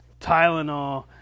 Tylenol